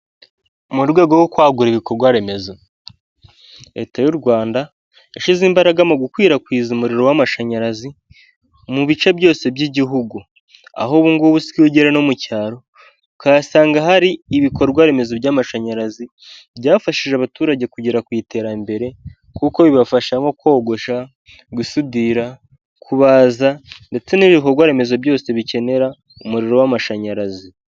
Mu rwego rwo kwagura ibikorwa remezo leta y'u Rwanda yashyize imbaraga mu gukwirakwiza umuriro w'amashanyarazi mu bice byose by'igihugu, aho ubungubu usigaye ugera no mu cyaro ukahasanga hari ibikorwa remezo by'amashanyarazi byafashije abaturage kugera ku iterambere kuko bibafasha nko kogosha gusudira, kubaza ndetse n'ibikorwaremezo byose bikenera umuriro w'amashanyarazi.